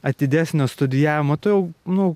atidesnio studijavimo tu jau nu